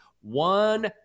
One